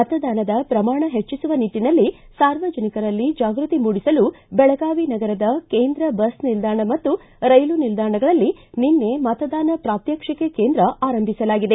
ಮತದಾನದ ಪ್ರಮಾಣ ಹೆಚ್ಚಿಸುವ ನಿಟ್ಟನಲ್ಲಿ ಸಾರ್ವಜನಿಕರಲ್ಲಿ ಜಾಗೃತಿ ಮೂಡಿಸಲು ಬೆಳಗಾವಿ ನಗರದ ಕೇಂದ್ರ ಬಸ್ ನಿಲ್ದಾಣ ಮತ್ತು ರೈಲು ನಿಲ್ದಾಣಗಳಲ್ಲಿ ನಿನ್ನೆ ಮತದಾನ ಪಾತ್ವಕ್ಷಿಕ ಕೇಂದ್ರ ಆರಂಭಿಸಲಾಗಿದೆ